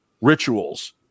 rituals